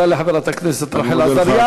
תודה לחברת הכנסת רחל עזריה.